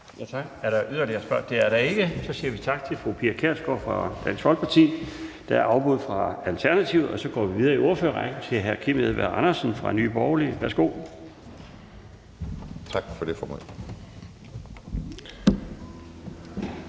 Er der yderligere korte bemærkninger? Det er der ikke. Så siger vi tak til fru Pia Kjærsgaard fra Dansk Folkeparti. Der er afbud fra Alternativet, så vi går videre i ordførerrækken til hr. Kim Edberg Andersen fra Nye Borgerlige. Værsgo. Kl.